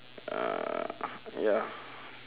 uh ya